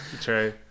true